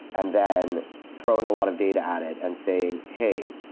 and then throwing a lot of data at it and saying, hey,